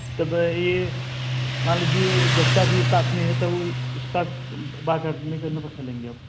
तो भाई मान लीजिए एक बच्चा भी साथ में है ताऊ उसका बाल कटने का कितना पैसा लेंगे आप